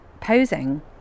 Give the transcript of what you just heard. posing